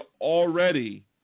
already